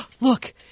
look